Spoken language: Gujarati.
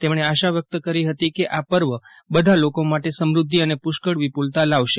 તેમજ્ઞે આશા વ્યકત કરી હતી કે આ પર્વ બધા લોકો માટે સમૃદ્રિ અને પુષ્કળ વિપુલતા લાવશે